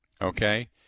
okay